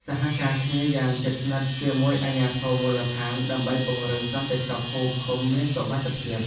សហការគ្នាយ៉ាងជិតស្និទ្ធជាមួយអាជ្ញាធរមូលដ្ឋានដើម្បីពង្រឹងសន្តិសុខភូមិឃុំមានសុវត្ថិភាព។